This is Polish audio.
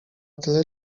tyle